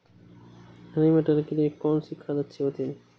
हरी मटर के लिए कौन सी खाद अच्छी होती है?